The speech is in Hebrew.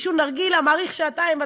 עישון נרגילה אורך שעתיים.